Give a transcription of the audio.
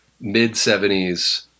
mid-70s